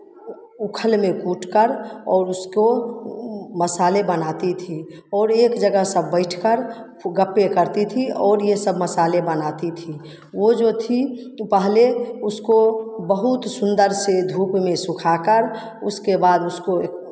ऊखल में कूटकर और उसको मसाले बनाती थी और एक जगह सब बैठकर गप्पें करती थी और ये सब मसाले बनाती थी वो जो थी वो पहले उसको बहुत सुंदर से धूप में सुखाकर उसके बाद उसको